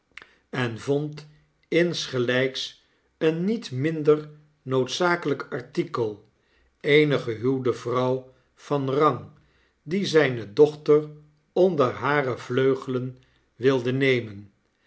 en vond insgelyks een niet minder noodzakeljjk artikel eene gehuwde vrouw van rang die zyne dochter onder hare vleugelen wilde nemen